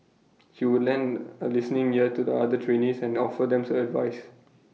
he would lend A listening ear to the other trainees and offer them advice